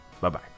Bye-bye